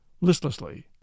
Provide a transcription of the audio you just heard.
Listlessly